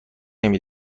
نمی